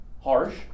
Harsh